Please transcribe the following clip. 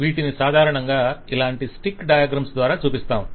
వీటిని సాధారణంగా ఇలాంటి స్టిక్ డయాగ్రమ్స్ ద్వారా చూపిస్తాము